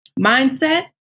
mindset